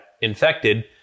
infected